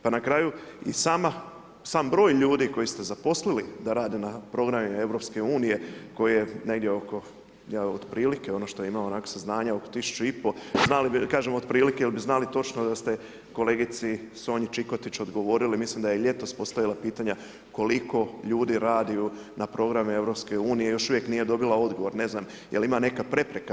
Pa na kraju, i sam broj ljudi koji ste zaposlili da rade na programima EU, koji je negdje oko, otprilike ono što imam saznanja, oko tisuću i po, kažem otprilike jel znam točno da ste kolegici Sonji Čikotić odgovorili, mislim da je ljetos postavila pitanja koliko ljudi radi na programu EU, još uvijek nije dobila odgovor, ne znam, jel ima neka prepreka?